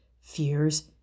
fears